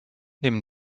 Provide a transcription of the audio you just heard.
nehmen